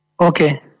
Okay